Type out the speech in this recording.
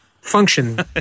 function